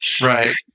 Right